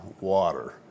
water